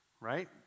right